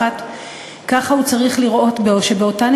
כאשר הוא קובע שלהיות